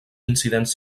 incidents